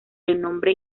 renombre